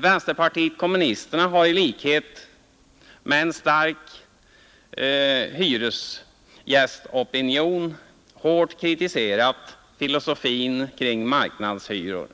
Vänsterpartiet kommunisterna har i likhet med en stark hyresgästopinion hårt kritiserat filosofin kring marknadshyror